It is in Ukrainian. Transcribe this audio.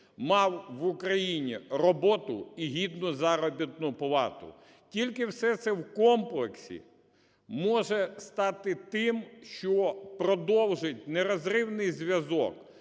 мав в Україні роботу і гідну заробітну плату. Тільки все це в комплексі може стати тим, що продовжить нерозривний зв'язок